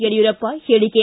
ಯಡಿಯೂರಪ್ಪ ಹೇಳಿಕೆ